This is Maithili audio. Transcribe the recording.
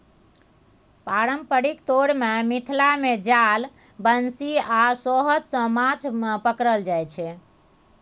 पारंपरिक तौर मे मिथिला मे जाल, बंशी आ सोहथ सँ माछ पकरल जाइ छै